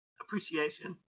appreciation